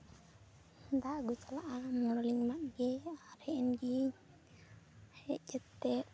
ᱫᱟᱜ ᱟᱹᱜᱩᱧ ᱪᱟᱞᱟᱜᱼᱟ ᱢᱩᱰᱩᱞᱤᱧ ᱮᱢᱟᱫ ᱜᱮ ᱟᱨᱤᱧ ᱦᱮᱡ ᱮᱱᱜᱮᱧ ᱦᱮᱡ ᱠᱟᱛᱮ